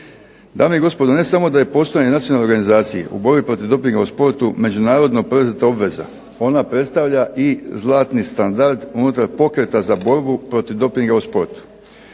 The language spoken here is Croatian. Dame i gospodo, ne samo da je postojanje nacionalne organizacije u borbi protiv dopinga u sportu međunarodna preuzeta obveza, ona predstavlja i zlatni standard unutar pokreta za borbu protiv dopinga u sportu.